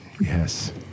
Yes